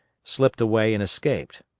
slipped away and escaped.